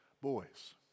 boys